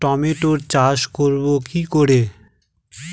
টমেটোর চাষ করব কি করে?